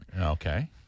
Okay